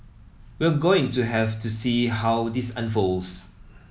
we're going to have to see how this unfolds